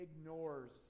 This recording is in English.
Ignores